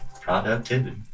Productivity